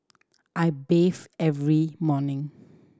I bathe every morning